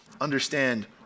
understand